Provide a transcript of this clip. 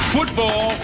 Football